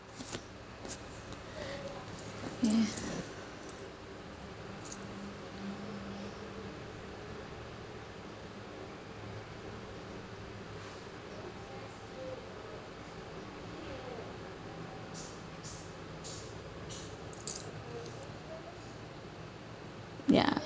ya